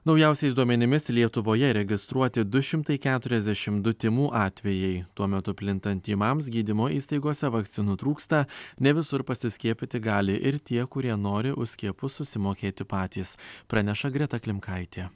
naujausiais duomenimis lietuvoje registruoti du šimtai keturiasdešimt du tymų atvejai tuo metu plintant tymams gydymo įstaigose vakcinų trūksta ne visur pasiskiepyti gali ir tie kurie nori už skiepus susimokėti patys praneša greta klimkaitė